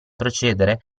procedere